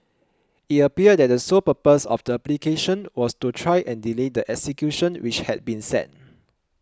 it appeared that the sole purpose of the applications was to try and delay the execution which had been set